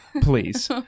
please